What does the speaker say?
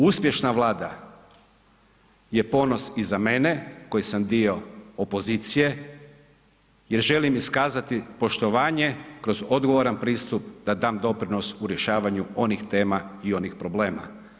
Uspješna Vlada je ponos i za mene koji sam dio opozicije jer želim iskazati poštovanje kroz odgovoran pristup da dam doprinos u rješavanju onih tema i onih problema.